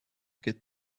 get